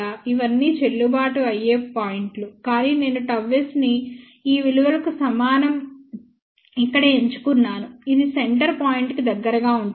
ఇవన్నీ చెల్లుబాటు అయ్యే పాయింట్లు కానీ నేను ΓS ని ఈ విలువకు సమానం ఇక్కడ ఎంచుకున్నాను ఇది సెంటర్ పాయింట్ కు దగ్గరగా ఉంటుంది